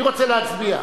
אני רוצה להצביע.